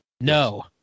No